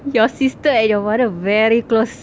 your sister and your mother very close